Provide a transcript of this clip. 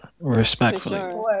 Respectfully